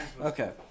Okay